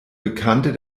bekannte